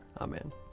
Amen